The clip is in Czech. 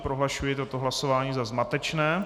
Prohlašuji toto hlasování za zmatečné.